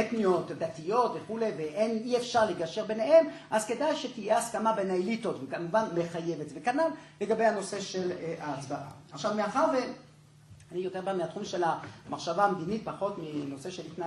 אתניות, דתיות וכולי, ואי אפשר לגשר ביניהן, אז כדאי שתהיה הסכמה בין האליטות, וכמובן מחייבת וכנ"ל, לגבי הנושא של ההצבעה. עכשיו, מאחר ואני יותר בא מהתחום של המחשבה המדינית, פחות מנושא של התנהגות,